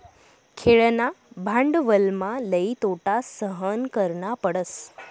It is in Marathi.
खेळणा भांडवलमा लई तोटा सहन करना पडस